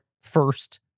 first